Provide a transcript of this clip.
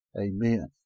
Amen